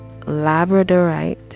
labradorite